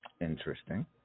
Interesting